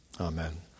Amen